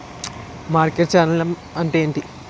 Market channel అంటే ఏంటి?